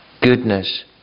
goodness